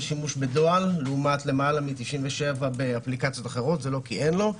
שימוש בדואר לעומת למעלה מ-97 באפליקציות אחרות וזה לא כי אין לו.